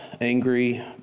angry